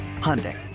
Hyundai